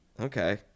Okay